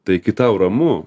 tai kai tau ramu